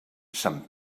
sant